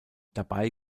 dabei